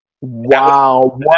Wow